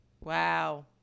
wow